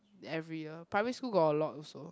every year primary school got a lot also